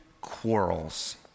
quarrels